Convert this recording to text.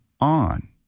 on